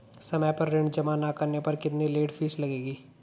समय पर ऋण जमा न करने पर कितनी लेट फीस लगेगी?